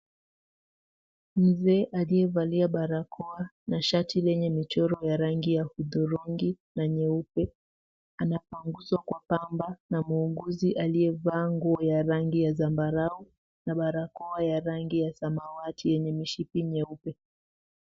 Mzee aliyevaa barakoa na shati lenye michoro ya rangi ya hudhurungi na nyeupe anapanguswa kwa pamba na muuguzi aliyevaa nguo ya rangi ya zambarau na barakoa ya rangi ya samawati yenye mishipi nyeupe.